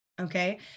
Okay